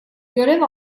görev